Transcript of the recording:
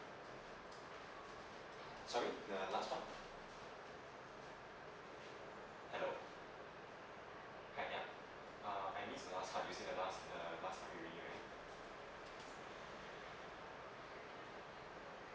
okay